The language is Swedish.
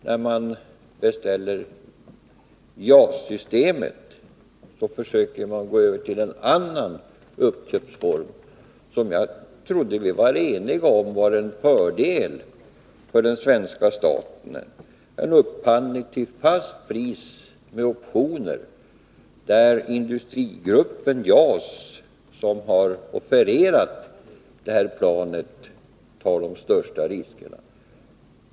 När man nu beställer JAS-systemet försöker man gå över till ett annat uppköpssystem som skulle vara till fördel för den svenska staten, enligt vad jag trodde att vi var eniga om. Det gällde här en upphandling till fast pris med optioner som innebär att industrigruppen JAS som har offererat detta plan tar de största riskerna.